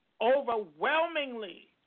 overwhelmingly